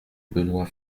benoît